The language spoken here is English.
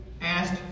asked